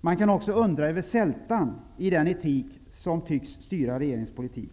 Man kan också undra över sältan i den etik som tycks styra regeringens politik.